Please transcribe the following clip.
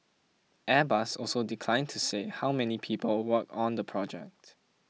Airbus also declined to say how many people work on the project